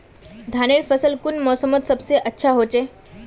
धानेर फसल कुन मोसमोत सबसे अच्छा होचे?